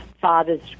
fathers